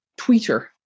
tweeter